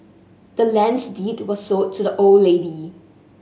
the land's deed was sold to the old lady